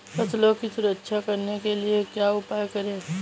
फसलों की सुरक्षा करने के लिए क्या उपाय करें?